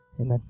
amen